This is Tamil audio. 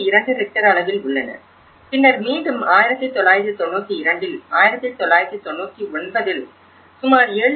2 ரிக்டர் அளவில் உள்ளன பின்னர் மீண்டும் 1992இல் 1999இல் சுமார் 7